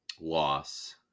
loss